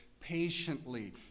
patiently